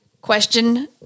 Question